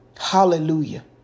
Hallelujah